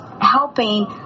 helping